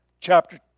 chapter